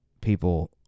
people